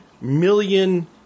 million